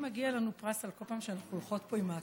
לדעתי מגיע לנו פרס כל פעם שאנחנו הולכות פה עם העקבים.